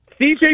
CJ